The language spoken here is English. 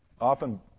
Often